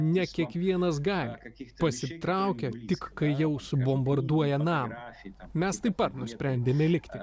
ne kiekvienas gali pasitraukia tik kai jau subombarduoja namą mes taip pat nusprendėme likti